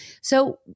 So-